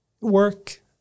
work